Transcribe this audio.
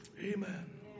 Amen